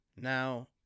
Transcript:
Now